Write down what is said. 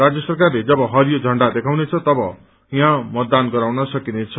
राज्य सरकारले जब हरियो झण्डा देखाउनेछ तब यहाँ मतदान गराउन सकिनेछ